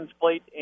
plate